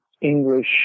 English